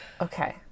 Okay